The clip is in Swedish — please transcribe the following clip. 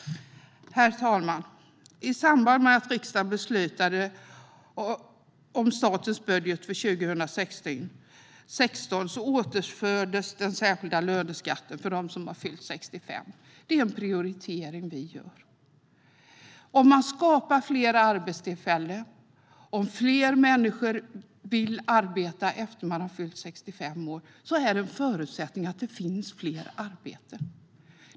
Herr talman! I samband med att riksdagen beslutade om statens budget för 2016 återinfördes den särskilda löneskatten för dem som har fyllt 65. Det är en prioritering vi gör. Om man skapar fler arbetstillfällen och om fler människor vill arbeta efter att de fyllt 65 år är en förutsättning att det finns fler arbeten.